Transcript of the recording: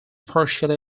partially